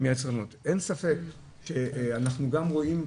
אין ספק שאנחנו גם רואים,